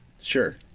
Sure